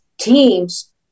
teams